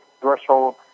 threshold